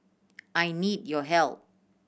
I need your help